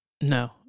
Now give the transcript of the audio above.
No